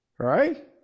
Right